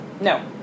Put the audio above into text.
No